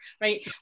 right